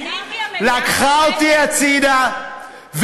לקחה אותי הצדה,